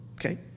Okay